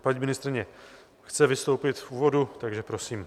Paní ministryně chce vystoupit v úvodu, takže prosím.